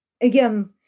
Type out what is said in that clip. Again